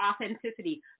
authenticity